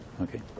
okay